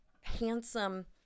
handsome